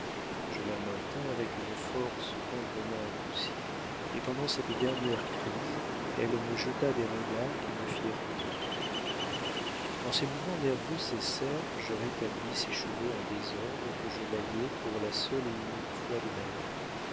je la maintins avec une force tendrement adoucie et pendant cette dernière crise elle me jeta des regards qui me firent pleurer quand ces mouvements nerveux cessèrent je rétablis ses cheveux en désordre que je maniai pour la seule et unique fois de ma vie